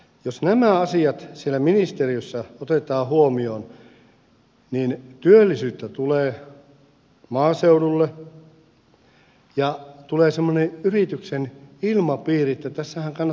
jos nämä asiat siellä ministeriössä otetaan huomioon niin työllisyyttä tulee maaseudulle ja tulee semmoinen yrityksen ilmapiiri että tässähän kannattaa jotakin tehdäkin